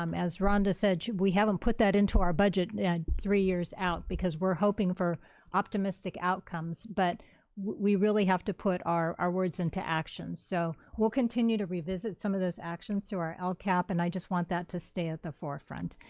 um as rhonda said, we haven't put that into our budget at three years out, because we're hoping for optimistic outcomes, but we really have to put our our words into actions, so we'll continue to revisit some of those actions to our our lcap, and i just want that to stay at the forefront.